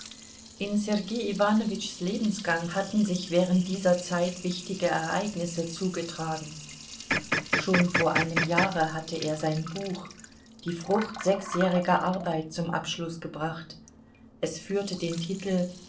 in sergei iwanowitschs lebensgang hatten sich während dieser zeit wichtige ereignisse zugetragen schon vor einem jahre hatte er sein buch die frucht sechsjähriger arbeit zum abschluß gebracht es führte den titel